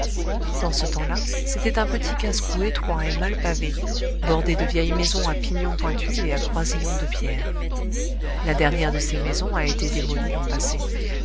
dans ce temps-là c'était un petit casse-cou étroit et mal pavé bordé de vieilles maisons à pignons pointus et a croisillons de pierre la dernière de ces maisons a été démolie l'an passé